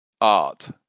art